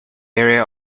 area